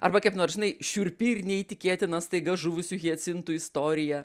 arba kiek nors jinai šiurpi ir neįtikėtina staiga žuvusių hiacintų istorija